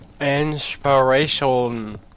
Inspiration